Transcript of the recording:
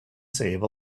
save